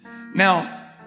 now